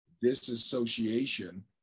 disassociation